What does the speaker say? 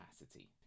capacity